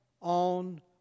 on